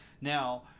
Now